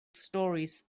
stories